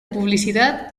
publicidad